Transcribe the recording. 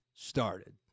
started